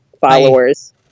followers